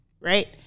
right